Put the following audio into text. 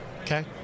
okay